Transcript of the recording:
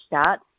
start